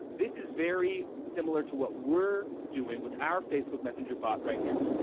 this is very similar to what we're doing with our facebook messenger bot right now.